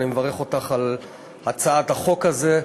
אני מברך אותך על הצעת החוק הזאת.